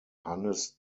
hannes